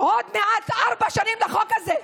עוד מעט ארבע שנים לחוק הזה,